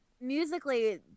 Musically